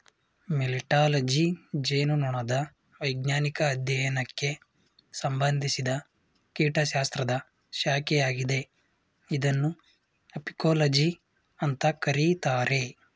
melittology ಜೇನುನೊಣದ ವೈಜ್ಞಾನಿಕ ಅಧ್ಯಯನಕ್ಕೆ ಸಂಬಂಧಿಸಿದ ಕೀಟಶಾಸ್ತ್ರದ ಶಾಖೆಯಾಗಿದೆ ಇದನ್ನು ಅಪಿಕೋಲಜಿ ಅಂತ ಕರೀತಾರೆ